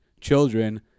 children